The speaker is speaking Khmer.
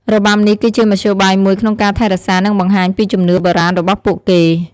របាំនេះគឺជាមធ្យោបាយមួយក្នុងការថែរក្សា និងបង្ហាញពីជំនឿបុរាណរបស់ពួកគេ។